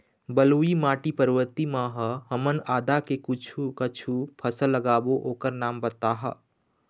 बलुई माटी पर्वतीय म ह हमन आदा के कुछू कछु फसल लगाबो ओकर नाम बताहा?